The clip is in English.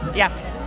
yes.